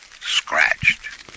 Scratched